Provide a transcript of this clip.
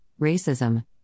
racism